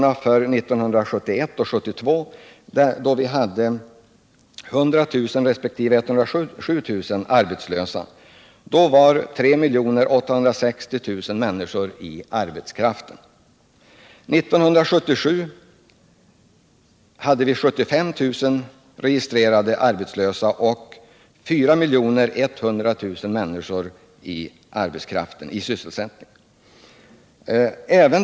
1971-1972 hade vi 100 000 resp. 107 000 arbetslösa och sammanlagt 3 860 000 människor sysselsatta på arbetsmarknaden. År 1977 hade vi 75000 registrerade arbetslösa och 4 100 000 människor i sysselsättning på arbetsmarknaden.